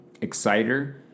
Exciter